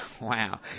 Wow